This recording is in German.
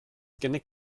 genick